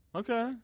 okay